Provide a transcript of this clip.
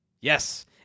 Yes